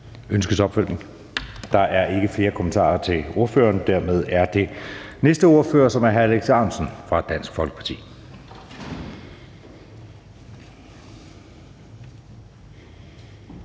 Ønskes der opfølgning? Der er ikke flere korte bemærkninger til ordføreren. Dermed er det næste ordfører, som er hr. Alex Ahrendtsen fra Dansk Folkeparti.